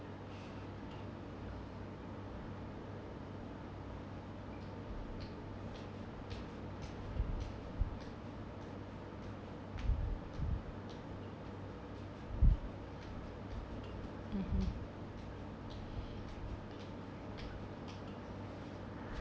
(uh huh)